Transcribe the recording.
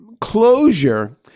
closure